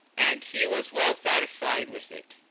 and he was well satisfied with it.